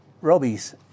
Robbie's